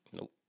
Nope